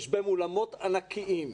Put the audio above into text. יש בהם אולמות ענקיים.